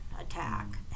attack